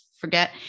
forget